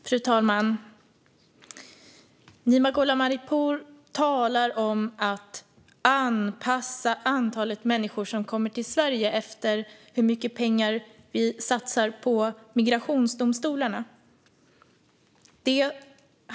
Fru talman! Nima Gholam Ali Pour talar om att anpassa antalet människor som kommer till Sverige efter hur mycket pengar vi satsar på migrationsdomstolarna.